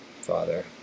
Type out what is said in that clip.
Father